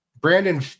Brandon